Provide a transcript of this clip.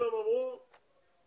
אציג את